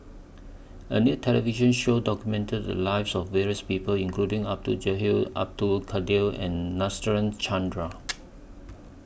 A New television Show documented The Lives of various People including Abdul Jalil Abdul Kadir and Nadasen Chandra